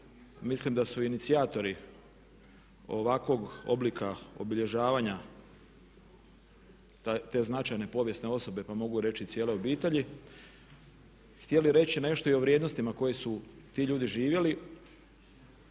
mislim da su inicijatori ovakvog oblika obilježavanja te značajne povijesne osobe, pa mogu reći i cijele obitelji htjeli reći nešto i o vrijednostima koje su ti ljudi živjeli